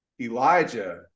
Elijah